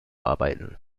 arbeiten